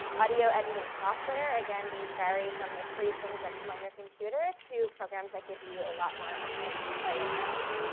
audio editing software. again, these vary from the free things that come on your computer, to programs that give you a lot more options to play around.